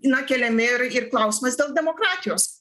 na keliami ir ir klausimas dėl demokratijos